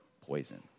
poison